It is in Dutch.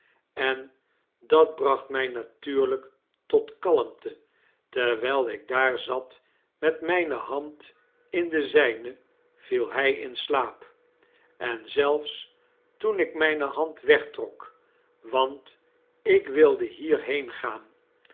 en dat bracht mij natuoirlijk tot italmte terwijl ik daar zat met mijne hand in die zijne vial hij in slaap en zelfs toen ik mij ne hand wegtrok want ik wilde